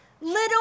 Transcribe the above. little